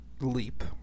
leap